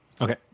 Okay